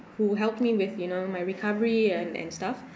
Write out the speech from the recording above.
who helped me with you know my recovery and and stuff